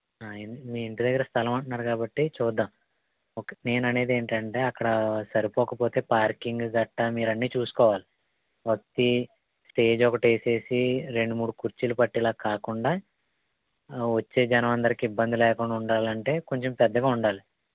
మీ ఇంటి దగ్గర స్థలం అంటున్నారు కాబట్టి చూద్దాం ఒకటి నేను అనేది ఏంటంటే అక్కడ సరిపోకపోతే పార్కింగ్ గట్రా మీరు అన్ని చూసుకోవాలి వచ్చి స్టేజ్ ఒకటి వేసేసి రెండు మూడు కూర్చీలు పట్టేలా కాకుండా వచ్చే జనం అందరికి ఇబ్బంది లేకుండా ఉండాలంటే కొంచెం పెద్దగా ఉండాలి